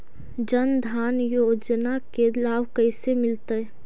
जन धान योजना के लाभ कैसे मिलतै?